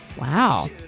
Wow